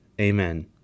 Amen